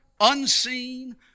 unseen